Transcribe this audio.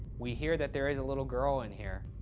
we hear that there is a little girl in here.